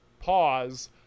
pause